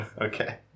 Okay